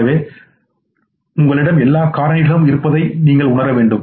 எனவே உங்களிடம் எல்லா காரணிகளும் இருப்பதை உணர வேண்டும்